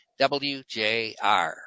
WJR